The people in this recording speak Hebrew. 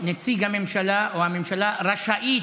התקנון אומר: נציג הממשלה, או: הממשלה רשאית.